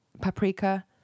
paprika